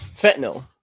Fentanyl